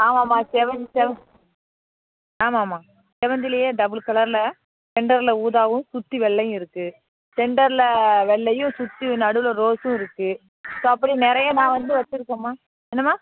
ஆமாம்மா செவ்வந்தி செவ்வந்தி ஆமாம்மா செவந்திலேயே டபுள் கலரில் சென்டரில் ஊதாவும் சுற்றி வெள்ளையும் இருக்குது சென்டரில் வெள்ளையும் சுற்றி நடுவில் ரோஸும் இருக்குது ஸோ அப்படி நிறைய நான் வந்து வெச்சிருக்கேம்மா என்னம்மா